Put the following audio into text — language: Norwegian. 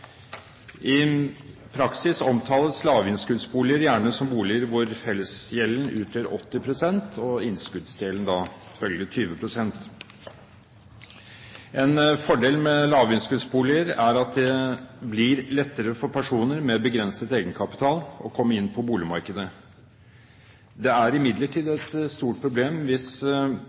I praksis omtales lavinnskuddsboliger gjerne som boliger hvor fellesgjelden utgjør 80 pst. – og innskuddsdelen følgelig 20 pst. En fordel med lavinnskuddsboliger er at det blir lettere for personer med begrenset egenkapital å komme inn på boligmarkedet. Det er imidlertid et stort problem hvis